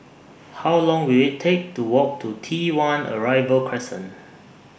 How Long Will IT Take to Walk to T one Arrival Crescent